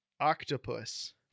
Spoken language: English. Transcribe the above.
octopus